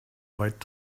weit